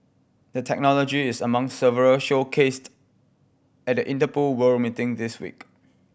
the technology is among several showcased at the Interpol World meeting this week